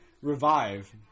Revive